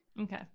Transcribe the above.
okay